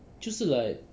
就是 like